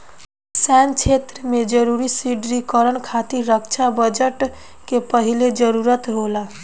सैन्य क्षेत्र में जरूरी सुदृढ़ीकरन खातिर रक्षा बजट के पहिले जरूरत होला